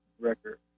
record